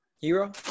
Hero